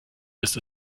ist